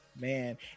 Man